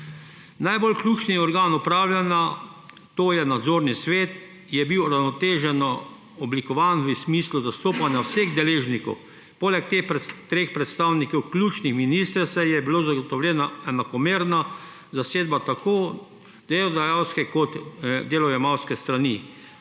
Najbolj ključni organ upravljanja, to je nadzorni svet, je bil uravnoteženo oblikovan v smislu zastopanja vseh deležnikov. Poleg treh predstavnikov ključnih ministrstev je bila zagotovljena enakomerna zasedba tako delodajalske kot delojemalske strani.